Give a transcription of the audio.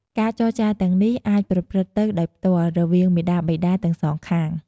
ការចរចារទាំងនេះអាចប្រព្រឹត្តទៅដោយផ្ទាល់ រវាងមាតាបិតាទាំងសងខាង។